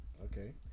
okay